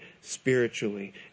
spiritually